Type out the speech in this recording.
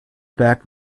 back